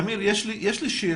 אמיר, יש לי שאלה.